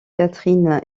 catherine